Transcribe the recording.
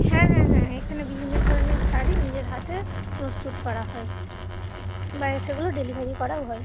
হ্যাঁ হ্যাঁ হ্যাঁ এখানে বিভিন্ন ধরনের শাড়ি নিজের হাতে প্রস্তুত করা হয় বাইরে সেগুলো ডেলিভারি করাও হয়